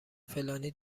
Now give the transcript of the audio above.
فلانی